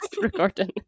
recording